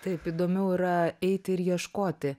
taip įdomiau yra eiti ir ieškoti